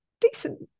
decent